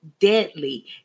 deadly